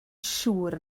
siŵr